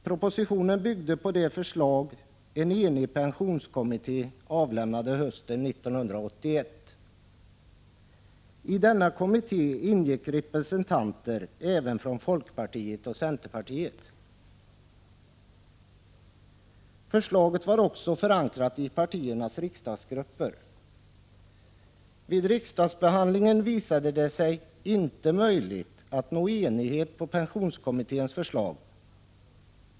Propositionen byggde på de förslag en enig pensionskommitté avlämnade hösten 1981. I denna kommitté ingick representanter även för folkpartiet och centerpartiet. Förslaget var också förankrat i partiernas riksdagsgrupper. Vid riksdagsbehandlingen visade det sig inte möjligt att nå enighet om pensionskommitténs förslag.